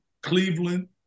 Cleveland